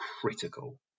critical